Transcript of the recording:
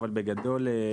בגדול,